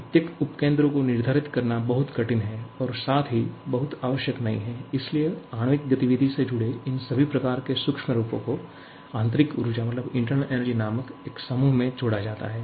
प्रत्येक उपकेंद्रों को निर्धारित करना बहुत कठिन है और साथ ही बहुत आवश्यक नहीं है इसलिए आणविक गतिविधि से जुड़े इन सभी प्रकार के सूक्ष्म रूपों को आंतरिक ऊर्जा नामक एक समूह में जोड़ा जाता है